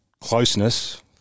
closeness